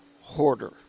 hoarder